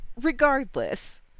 Regardless